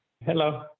Hello